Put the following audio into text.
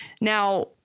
now